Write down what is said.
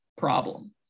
problem